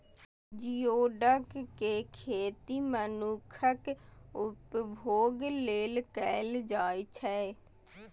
geoduck के खेती मनुक्खक उपभोग लेल कैल जाइ छै